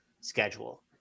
schedule